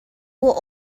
were